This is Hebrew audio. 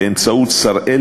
באמצעות "שראל",